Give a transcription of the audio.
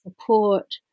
support